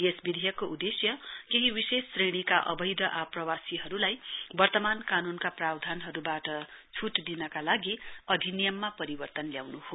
यस विधेयकको उदेश्य विशेष श्रेणी अवैध आप्रवासीहरूलाई वर्तमान कानूनका प्रावधानहरूबाट छूट दिनका लागि अधिनियममा परिवर्तन ल्याउनु हो